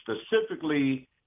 specifically